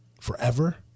forever